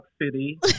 City